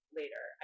later